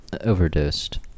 overdosed